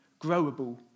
growable